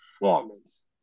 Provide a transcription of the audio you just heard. performance